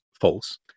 false